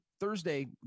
Thursday